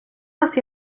нас